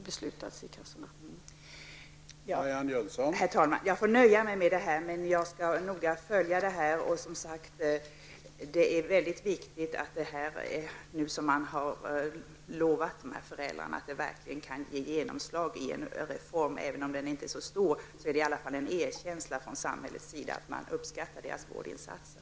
Herr talman! Jag får nöja mig med detta, men jag skall noga följa utvecklingen på detta område. Det är mycket viktigt att de löften som dessa föräldrar har fått verkligen kan ge genomslag i en reform. Även om den inte är så stor utgör den i varje fall en erkänsla från samhällets sida att man uppskattar dessa föräldrars vårdinsatser.